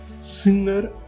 Singer